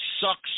sucks